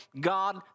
God